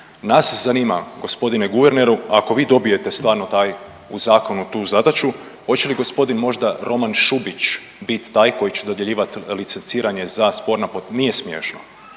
Nas zanima g. guverneru ako vi dobijete stvarno taj, u zakonu tu zadaću oće li gospodin možda Roman Šubić bit taj koji će dodjeljivat licenciranje za sporna po…, nije smiješno,